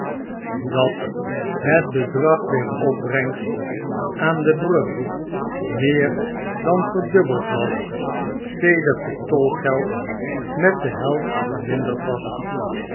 dat het bedrag der opbrengst aan de brug meer dan verdubbeld was sedert het tolgeld met de helft verminderd was